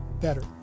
better